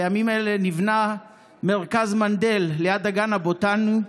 בימים אלה נבנה מרכז מנדל ליד הגן הבוטני,